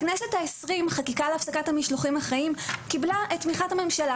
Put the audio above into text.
בכנסת ה-20 חקיקה להפסקת המשלוחים החיים קיבלה את תמיכת הממשלה